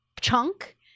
chunk